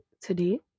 today